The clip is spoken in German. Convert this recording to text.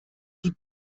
die